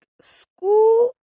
school